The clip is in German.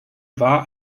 war